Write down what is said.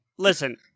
Listen